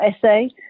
essay